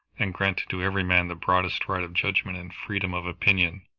and granted to every man the broadest right of judgment and freedom of opinion.